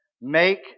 make